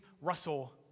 Russell